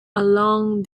along